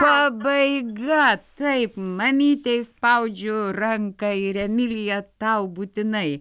pabaiga taip mamytei spaudžiu ranką ir emilija tau būtinai